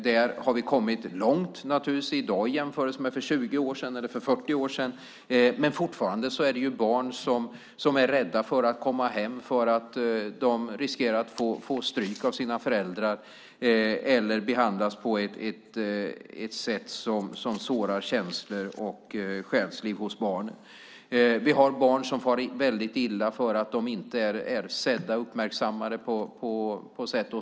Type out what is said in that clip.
Där har vi kommit långt i dag i jämförelse med för 20 år sedan eller för 40 år sedan, men fortfarande finns det barn som är rädda för att komma hem därför att de riskerar att få stryk av sina föräldrar eller att behandlas på ett sätt som sårar känslor och själsliv hos barnen. Vi har barn som far väldigt illa därför att de inte är sedda och uppmärksammade.